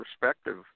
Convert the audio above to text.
perspective